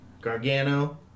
Gargano